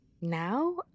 Now